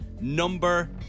number